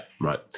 Right